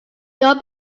your